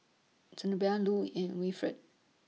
Zenobia Lue and Wilfred